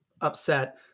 upset